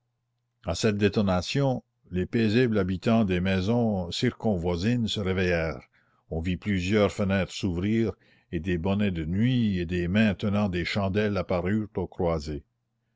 à cette détonation les paisibles habitants des maisons circonvoisines se réveillèrent on vit plusieurs fenêtres s'ouvrir et des bonnets de nuit et des mains tenant des chandelles apparurent aux croisées